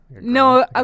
no